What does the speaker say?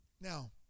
Now